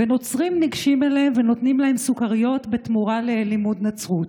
ונוצרים ניגשים אליהם ונותנים להם סוכריות בתמורה ללימוד נצרות.